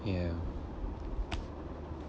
ya